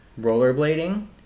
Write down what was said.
Rollerblading